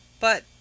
But